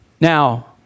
Now